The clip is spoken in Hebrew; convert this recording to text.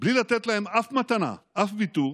בלי לתת להם אף מתנה, אף ויתור,